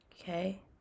okay